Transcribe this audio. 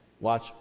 watch